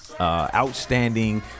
Outstanding